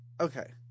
Okay